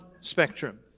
spectrum